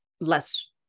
less